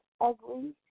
ugly